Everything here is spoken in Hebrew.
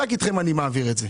רק אתכם אני מעביר את זה.